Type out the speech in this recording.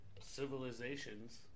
civilizations